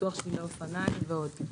פיתוח שבילי אופניים ועוד.